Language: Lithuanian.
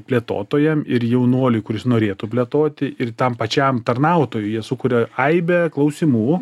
plėtotojam ir jaunuoliui kuris norėtų plėtoti ir tam pačiam tarnautojui jie sukuria aibę klausimų